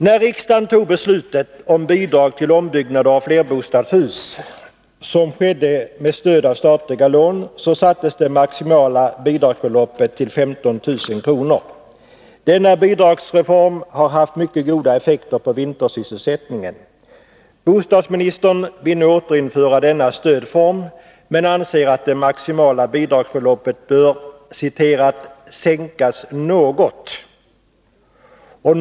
När riksdagen tog beslutet om bidrag till ombyggnader av flerbostadshus — med stöd av statliga lån — fastställdes det maximala bidragsbeloppet till 15 000 kr. Denna bidragsreform har haft mycket goda effekter på vintersysselsättningen. Bostadsministern vill nu återinföra denna stödform, men anser att det maximala bidragsbeloppet bör ”sänkas något”.